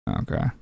Okay